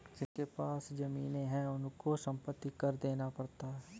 जिनके पास जमीने हैं उनको संपत्ति कर देना पड़ता है